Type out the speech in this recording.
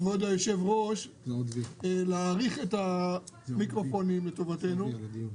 כבוד היושב-ראש, להאריך את המיקרופונים לטובתנו.